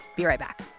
be right back